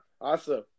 Awesome